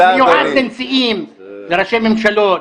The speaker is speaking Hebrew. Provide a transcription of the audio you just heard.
זה מיועדים לנשיאים ולראשי ממשלות,